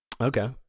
okay